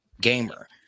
gamer